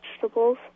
vegetables